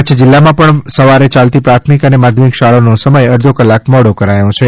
કચ્છ જિલ્લા માં પણ સવારે યાલતી પ્રાથમિક અને માધ્યમિક શાળાઓનો સમય અરધો કલાક મોડો કરાયો છે